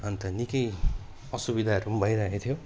अन्त निकै असुविधाहरू पनि भइरहेको थियो